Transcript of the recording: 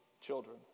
children